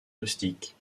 rustiques